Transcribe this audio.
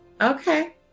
Okay